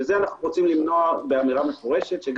זה אנחנו רוצים למנוע באמירה מפורשת,